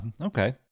okay